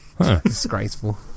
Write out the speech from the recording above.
Disgraceful